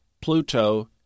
Pluto